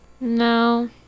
No